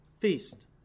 feast